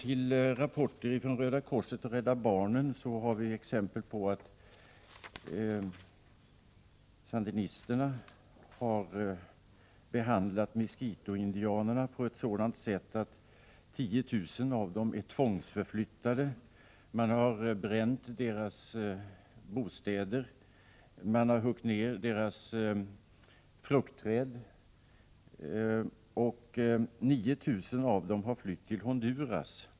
I rapporter från Röda korset och Rädda barnen finns det exempel på att sandinisterna har behandlat miskitoindianerna på ett sådant sätt att 10 000 av dem har tvångsförflyttats. Man har bränt deras bostäder och huggit ner deras fruktträd, och 9 000 av dem har flytt till Honduras.